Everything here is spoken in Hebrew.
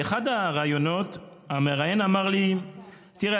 באחד הראיונות המראיין אמר לי: תראה,